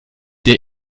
der